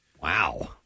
Wow